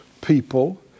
people